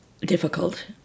difficult